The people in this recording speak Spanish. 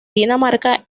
dinamarca